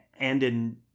Andin